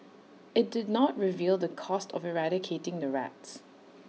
IT did not reveal the cost of eradicating the rats